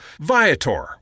Viator